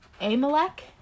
Amalek